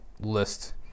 list